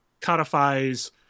codifies